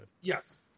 Yes